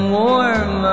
warm